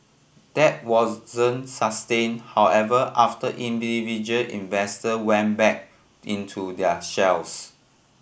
that wasn't sustained however after individual investor went back into their shells